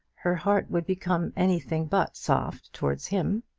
her heart would become anything but soft towards him.